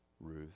Ruth